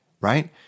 right